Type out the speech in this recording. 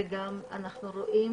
וגם אנחנו רואים